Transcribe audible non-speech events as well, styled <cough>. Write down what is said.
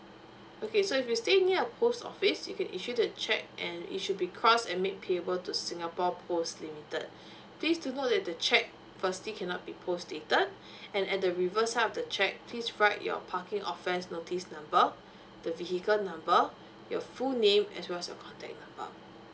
okay so if you're staying near a post office you can issue the cheque and it should be crossed and make payable to singapore post limited please do note that the cheque firstly cannot be post dated <breath> and at the reverse side of the cheque please write your parking offence notice number the vehicle number your full name as well as your contact number